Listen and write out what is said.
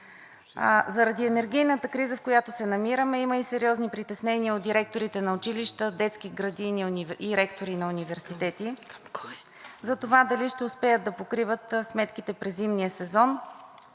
Заради енергийната криза, в която се намираме, има и сериозни притеснения у директорите на училища, детски градини и ректори на университети за това дали ще успеят да покриват сметките през зимния сезон,